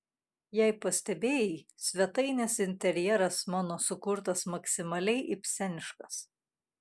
jei pastebėjai svetainės interjeras mano sukurtas maksimaliai ibseniškas